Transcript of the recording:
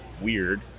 weird